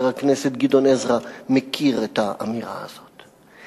הכנסת גדעון עזרא מכיר את האמירה הזאת.